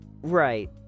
Right